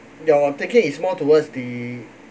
your thinking is more towards the